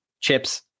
chips